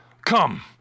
Come